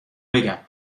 بگم